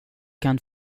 kan